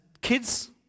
kids